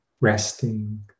resting